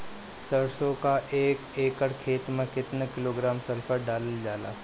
सरसों क एक एकड़ खेते में केतना किलोग्राम सल्फर डालल जाला?